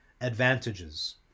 advantages